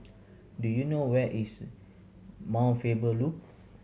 do you know where is Mount Faber Loop